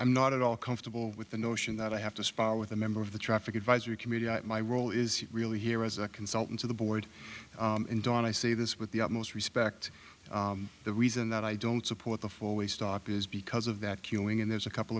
i'm not at all comfortable with the notion that i have to spar with a member of the traffic advisory committee my role is really here as a consultant to the board and don i say this with the utmost respect the reason that i don't support the four way stop is because of that killing and there's a couple